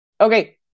Okay